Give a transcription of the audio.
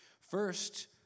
First